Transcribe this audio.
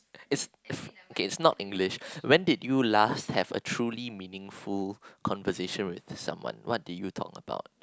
is is okay is not English when did you last have a truly meaningful conversation with someone what did you talk about